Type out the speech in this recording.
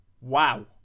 Wow